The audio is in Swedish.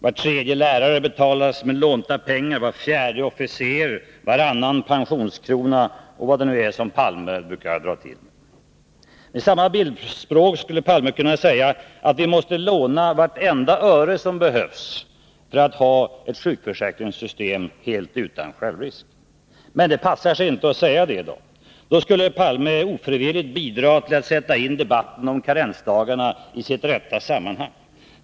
Olof Palme brukar dra till med att var tredje lärare och var fjärde officer betalas med lånade pengar, varannan pensionskrona är lånad m.m. Med samma bildspråk skulle Olof Palme kunna säga att vi måste låna vartenda öre som behövs för att ha ett sjukförsäkringssystem helt utan självrisk. Men det passar sig inte att säga det i dag. Då skulle Olof Palme ofrivilligt bidra till att sätta in debatten om karensdagarna i sitt rätta sammanhang.